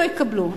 לא יקבלו.